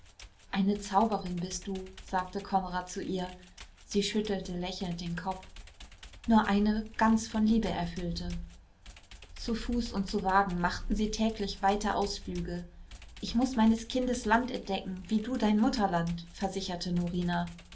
eine zauberin bist du sagte konrad zu ihr sie schüttelte lächelnd den kopf nur eine ganz von liebe erfüllte zu fuß und zu wagen machten sie täglich weite ausflüge ich muß meines kindes land entdecken wie du dein mutterland versicherte norina